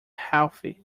healthy